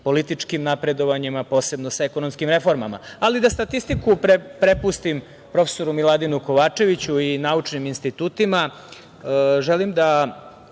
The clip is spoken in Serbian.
političkim napredovanjima, posebno sa ekonomskim reformama. Ali da statistiku prepustim profesoru Miladinu Kovačeviću i naučnim institutima, želim da